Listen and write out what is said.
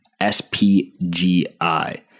SPGI